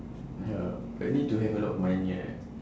ya but need to have a lot money right